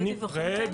גם